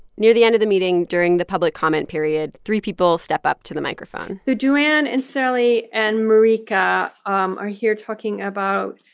near the end of the meeting, during the public comment period, three people step up to the microphone so joanne and sareli and marika um are here talking about,